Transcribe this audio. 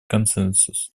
консенсус